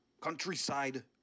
Countryside